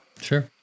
Sure